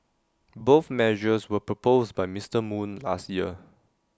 both measures were proposed by Mister moon last year